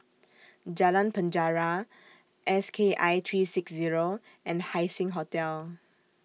Jalan Penjara S K I three six Zero and Haising Hotel